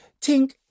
tink